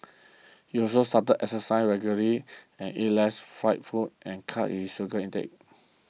he also started exercising regularly and eat less fried food and cut his sugar intake